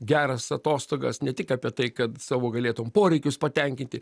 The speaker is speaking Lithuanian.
geras atostogas ne tik apie tai kad savo galėtum poreikius patenkinti